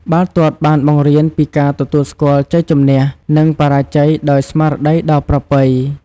បាល់ទាត់បានបង្រៀនពីការទទួលស្គាល់ជ័យជំនះ និងបរាជ័យដោយស្មារតីដ៏ប្រពៃ។